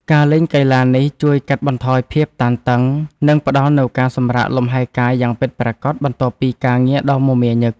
ការលេងកីឡានេះជួយកាត់បន្ថយភាពតានតឹង និងផ្ដល់នូវការសម្រាកលម្ហែកាយយ៉ាងពិតប្រាកដបន្ទាប់ពីការងារដ៏មមាញឹក។